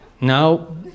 No